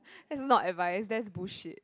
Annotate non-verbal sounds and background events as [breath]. [breath] that's not advice that's bullshit